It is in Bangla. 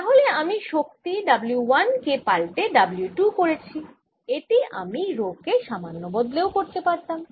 তাহলে আমি শক্তি W 1 কে পাল্টে W 2 করেছি এটি আমি রো কে সামান্য বদলেও করতে পারতাম